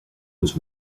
was